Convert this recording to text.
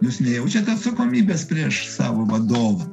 jūs nejaučiat atsakomybės prieš savo vadovą